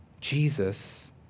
Jesus